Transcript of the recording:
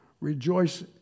Rejoice